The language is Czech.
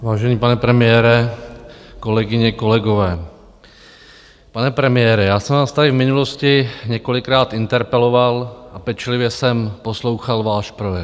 Vážený pane premiére, kolegyně, kolegové, pane premiére, já jsem vás tady v minulosti několikrát interpeloval a pečlivě jsem poslouchal váš projev.